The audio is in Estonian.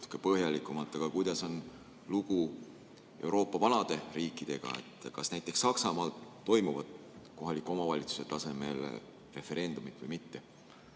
natuke põhjalikumalt. Aga kuidas on lood Euroopa vanade riikidega? Kas näiteks Saksamaal toimuvad kohaliku omavalitsuse tasemel referendumid või mitte?